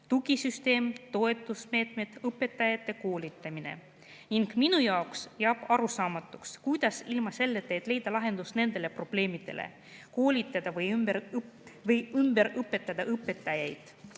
tugisüsteem, toetusmeetmed, õpetajate koolitamine. Minu jaoks jääb arusaamatuks, kuidas te ilma selleta, et leida lahendus nendele probleemidele, kuidas koolitada või ümber õpetada õpetajaid,